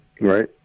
right